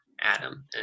Adam